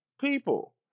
People